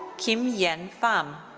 kim yen pham.